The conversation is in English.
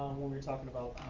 when we were talking about